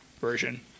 version